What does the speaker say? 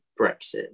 Brexit